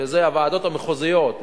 שזה הוועדות המחוזיות,